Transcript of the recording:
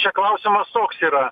čia klausimas toks yra